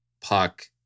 Puck